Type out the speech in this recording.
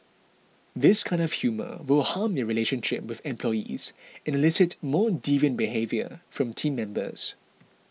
this kind of humour will harm their relationship with employees and elicit more deviant behaviour from team members